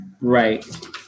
Right